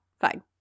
fine